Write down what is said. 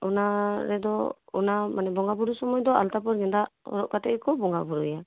ᱚᱱᱟ ᱨᱮᱫᱚ ᱢᱟᱱᱮ ᱵᱚᱸᱜᱟ ᱵᱩᱨᱩᱭ ᱥᱚᱢᱚᱭ ᱫᱚ ᱟᱞᱛᱟ ᱯᱟᱹᱲ ᱜᱮᱸᱫᱟᱜ ᱦᱚᱨᱚᱜ ᱠᱟᱛᱮ ᱜᱮᱠᱚ ᱵᱚᱸᱜᱟ ᱵᱩᱨᱩᱭᱟ